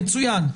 מצוין.